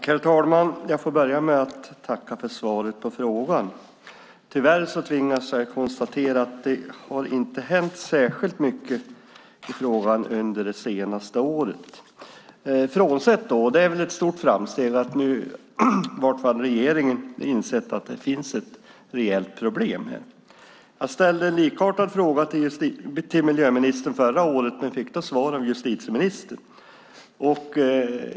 Herr talman! Jag får börja med att tacka för svaret. Tyvärr tvingas jag konstatera att det inte hänt särskilt mycket i frågan under det senaste året, frånsett - och det är ett stort framsteg - att regeringen insett att det finns ett reellt problem. Jag ställde en likartad fråga till miljöministern förra året men fick svar av justitieministern.